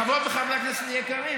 חברות וחברי הכנסת היקרים,